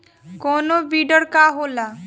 कोनो बिडर का होला?